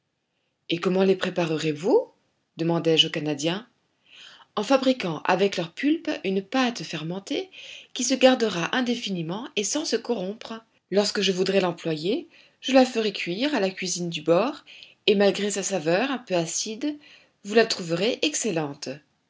et comment les préparerez vous demandai-je au canadien en fabriquant avec leur pulpe une pâte fermentée qui se gardera indéfiniment et sans se corrompre lorsque je voudrai l'employer je la ferai cuire à la cuisine du bord et malgré sa saveur un peu acide vous la trouverez excellente